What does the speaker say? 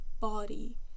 body